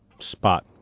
spot